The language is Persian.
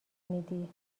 میدی